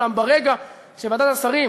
אולם ברגע שוועדת השרים